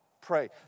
pray